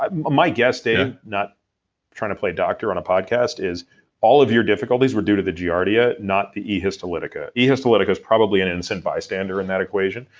ah my guess, dave, not trying to play doctor on a podcast, is all of your difficulties were due to the giardia, not the e histolytica. e histolytica is probably an innocent bystander in that situation.